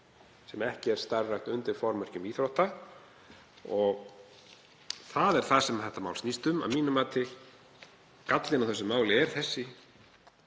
sem ekki er starfrækt undir formerkjum íþrótta og það er það sem þetta mál snýst um að mínu mati. Gallinn á málinu er